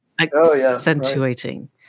accentuating